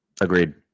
Agreed